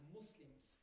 Muslims